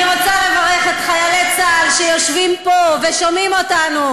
אני רוצה לברך את חיילי צה"ל שיושבים פה ושומעים אותנו.